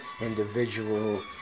individual